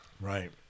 Right